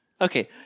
Okay